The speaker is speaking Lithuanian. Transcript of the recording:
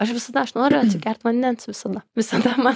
aš visada aš noriu atsigert vandens visada visada man